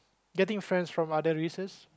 getting friends from other races